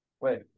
Wait